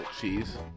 cheese